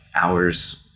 hours